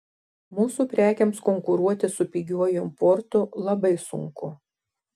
mūsų prekėms konkuruoti su pigiuoju importu labai sunku